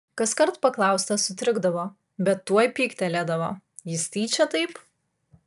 kaskart paklaustas sutrikdavo bet tuoj pyktelėdavo jis tyčia taip